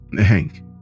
Hank